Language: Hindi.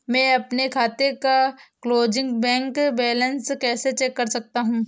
मैं अपने खाते का क्लोजिंग बैंक बैलेंस कैसे चेक कर सकता हूँ?